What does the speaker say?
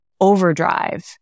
overdrive